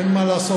אין מה לעשות,